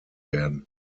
werden